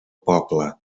poble